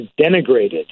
denigrated